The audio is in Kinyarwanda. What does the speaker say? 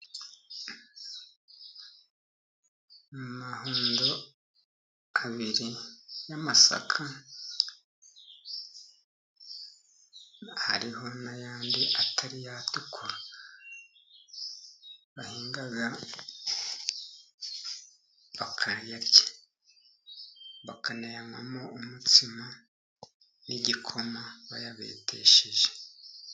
Amahundo abiri y'amasaka, hari n'ayandi atari yatukura bahinga bakayarya, bakanayanywamo n'igikoma bayabetesheje.